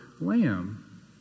lamb